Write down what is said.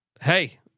Hey